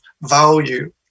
value